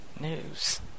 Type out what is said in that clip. news